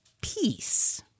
peace